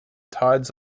tides